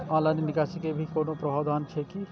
Online निकासी के भी कोनो प्रावधान छै की?